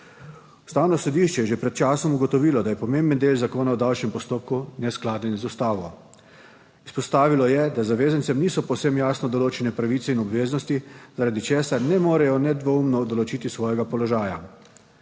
Ustavno sodišče je že pred časom ugotovilo, da je pomemben del Zakona o davčnem postopku neskladen z ustavo. Izpostavilo je, da zavezancem niso povsem jasno določene pravice in obveznosti, zaradi česar ne morejo nedvoumno določiti svojega položaja.